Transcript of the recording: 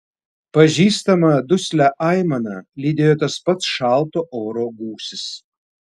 pažįstamą duslią aimaną lydėjo tas pats šalto oro gūsis